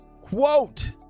Quote